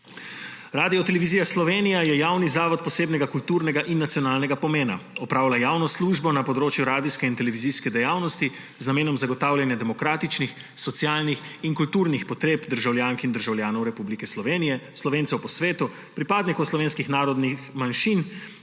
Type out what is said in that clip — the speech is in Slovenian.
Radiotelevizija Slovenija je javni zavod posebnega kulturnega in nacionalnega pomena. Opravlja javno službo na področju radijske in televizijske dejavnosti z namenom zagotavljanja demokratičnih, socialnih in kulturnih potreb državljank in državljanov Republike Slovenije, Slovencev po svetu, pripadnikov slovenskih narodnih manjšin,